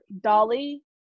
Dolly